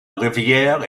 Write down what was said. rivière